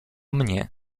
mnie